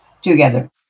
together